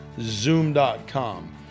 zoom.com